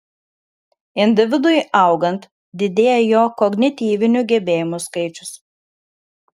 individui augant didėja jo kognityvinių gebėjimų skaičius